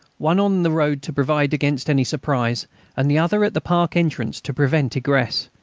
one on the road to provide against any surprise and the other at the park entrance to prevent egress,